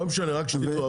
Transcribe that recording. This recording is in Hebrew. רק שתדעו,